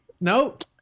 Nope